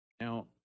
Now